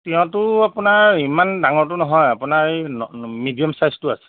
তিয়ঁহটো আপোনাৰ ইমান ডাঙৰটো নহয় আপোনাৰ এই ন মিডিয়াম ছাইজটো আছে